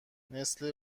مثل